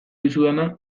dizudana